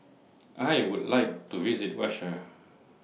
I Would like to visit Russia